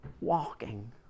walking